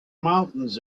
mountains